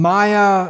Maya